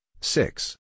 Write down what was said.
six